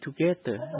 together